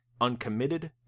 uncommitted